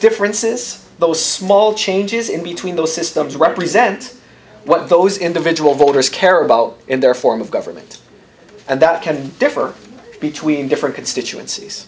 differences those small changes in between those systems represent what those individual voters care about in their form of government and that can differ between different constituencies